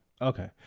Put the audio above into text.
Okay